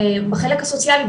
בחלק הסוציאלי,